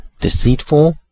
deceitful